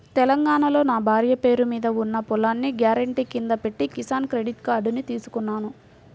తెలంగాణాలో నా భార్య పేరు మీద ఉన్న పొలాన్ని గ్యారెంటీ కింద పెట్టి కిసాన్ క్రెడిట్ కార్డుని తీసుకున్నాను